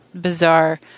bizarre